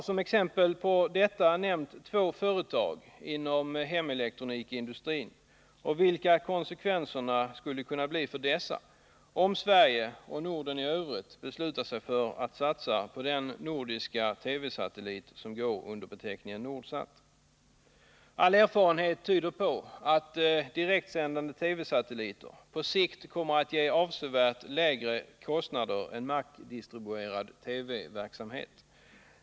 Som exempel på detta har jag nämnt två företag inom hemelektronikindustrin och vilka konsekvenserna skulle kunna bli för dessa om Sverige, och Norden i övrigt, beslutar sig för att satsa på den nordiska TV-satellit som går under beteckningen Nordsat. All erfarenhet tyder på att direktsändande TV-satelliter på sikt kommer att ge avsevärt lägre kostnader än markdistribuerad TV-verksamhet.